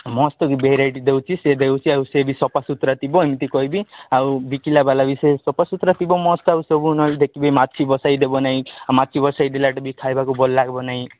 ମସ୍ତ ବି ଭେରାଇଟ୍ ଦେଉଛି ସେ ଦେଉଛି ଆଉ ସିଏ ବି ସଫାସୁତୁରା ଥିବ ଏମତି କହିବି ଆଉ ବିକିଲା ବାଲା ବି ସେ ସଫାସୁତୁରା ଥିବ ମସ୍ତ ଆଉ ସବୁ ନହେଲେ ଦେଖିବି ମାଛି ବସେଇ ଦେବନାହିଁ ଆଉ ମାଛି ବସେଇ ଦେଲେ ସେଟା ବି ଖାଇବାକୁ ଭଲ ଲାଗିବ ନାହିଁ